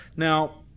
Now